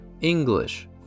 English